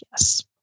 yes